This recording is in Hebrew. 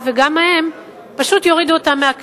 כמובן אתם יכולים לעשות